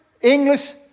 English